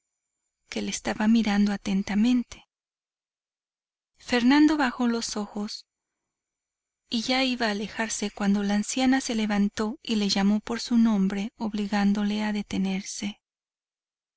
que le estaba mirando atentamente fernando bajó los ojos y ya iba a alejarse cuando la anciana se levantó y le llamó por su nombre obligándole a detenerse